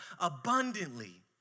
abundantly